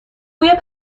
بوی